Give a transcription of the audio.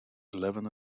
eleven